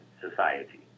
society